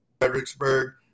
Fredericksburg